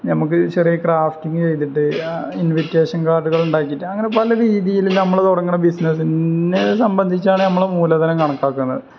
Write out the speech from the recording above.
നമുക്ക് ചെറിയ ക്രാഫ്റ്റിങ്ങ് ചെയ്തിട്ട് ഇൻവിറ്റേഷൻ കാര്ഡുകള് ഉണ്ടാക്കിയിട്ട് അങ്ങനെ പല രീതിയില് നമ്മള് തുടങ്ങുന്ന ബിസിനസ്സിനെ സംബന്ധിച്ചാണ് നമ്മളെ മൂലധനം കണക്കാക്കുന്നത്